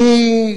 אני,